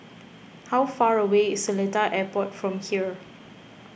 how far away is Seletar Airport from here